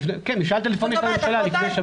כן, משאל טלפונים של הממשלה לפני שבת.